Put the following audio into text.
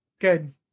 good